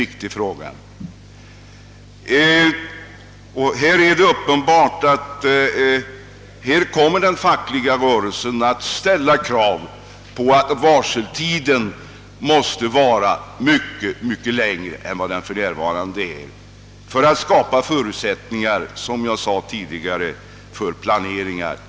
Det är uppenbart att den fackliga rörelsen kommer att ställa krav på längre varseltid än för närvarande för att skapa förutsättningar för en nödvändig planering.